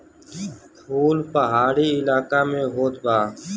फूल पहाड़ी इलाका में होत बा